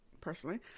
Personally